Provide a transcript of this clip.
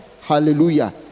hallelujah